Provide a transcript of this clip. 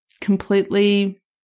completely